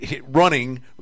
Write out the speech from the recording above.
running